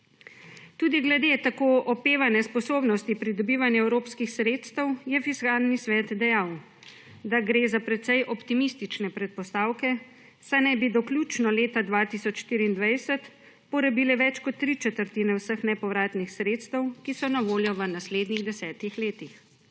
Tudi glede tako opevane sposobnosti pridobivanja evropskih sredstev je Fiskalni svet dejal, da gre za precej optimistične predpostavke, saj naj bi do vključno leta 2024 porabili več kot tri četrtine vseh nepovratnih sredstev, ki so na voljo v naslednjih 10 letih.